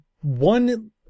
one